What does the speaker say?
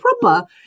proper